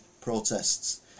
protests